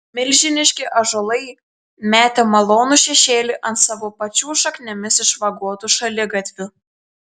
milžiniški ąžuolai metė malonų šešėlį ant savo pačių šaknimis išvagotų šaligatvių